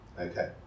Okay